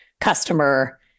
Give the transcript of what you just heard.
customer